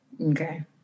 okay